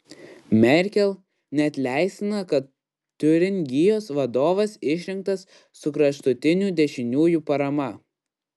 merkel neatleistina kad tiuringijos vadovas išrinktas su kraštutinių dešiniųjų parama